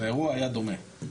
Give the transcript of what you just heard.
האירוע היה דומה.